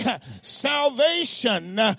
Salvation